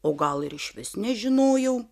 o gal ir išvis nežinojau